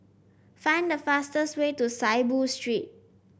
find the fastest way to Saiboo Street